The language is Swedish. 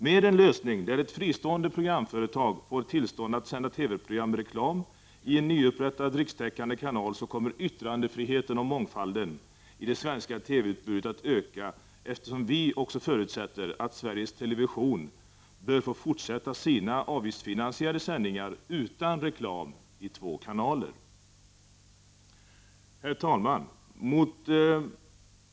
Med en lösning, där ett fristående programföretag får tillstånd att sända TV-program med reklam i en nyupprättad rikstäckande kanal, kommer yttrandefriheten och mångfalden i det svenska TV-utbudet att öka, eftersom vi också förutsätter att Sveriges Television bör få fortsätta med sina avgiftsfinansierade sändningar utan reklam i två kanaler. Herr talman!